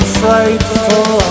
frightful